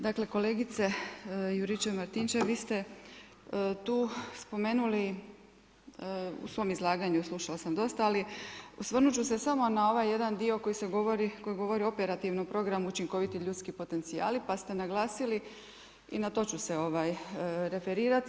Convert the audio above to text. Dakle, kolegice Juričev-Martinčev vi ste tu spomenuli u svom izlaganju slušala sam dosta, ali osvrnut ću se samo na ovaj jedan dio koji se govori, koji govori o operativnom programu učinkoviti ljudski potencijali, pa ste naglasili i na to ću se referirati.